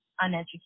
uneducated